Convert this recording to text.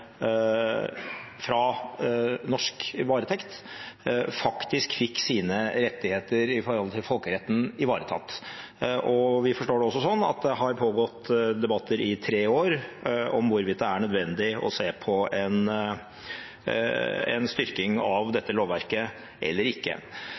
fra norsk varetekt faktisk fikk sine rettigheter etter folkeretten ivaretatt. Vi forstår det også slik at det har pågått debatter i tre år om hvorvidt det er nødvendig å se på en styrking av